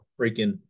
freaking